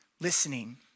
listening